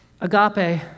agape